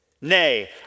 Nay